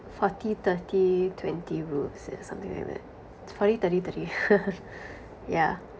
forty thirty twenty rules it's something like that it's forty thirty thirty yeah